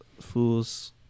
fools